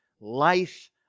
life